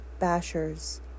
Bashers